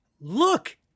look